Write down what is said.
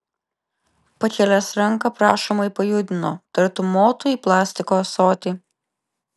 pakėlęs ranką prašomai pajudino tartum motų į plastiko ąsotį